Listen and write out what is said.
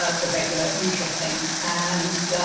ah the regular usual thing and